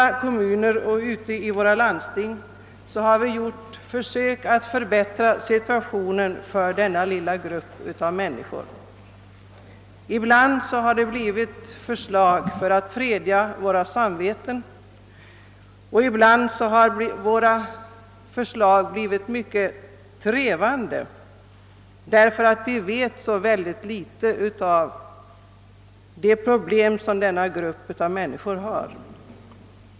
Ute i våra kommuner och i våra landsting har gjorts försök att förbättra situationen för denna lilla grupp av människor. Ibland har vi kommit med förslag för att freda våra samveten, och ibland har våra förslag blivit mycket trevande, därför att vi vet så litet om de problem som denna grupp har.